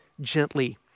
gently